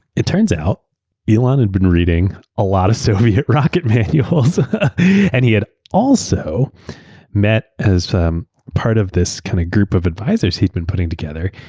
it turns out elon had been reading a lot of soviet rocket manuals and he had also met as part of this kind of group of advisors he's putting together.